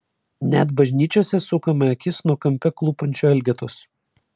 net bažnyčiose sukame akis nuo kampe klūpančio elgetos